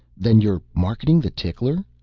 then you're marketing the tickler?